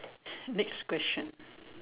next question